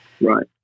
Right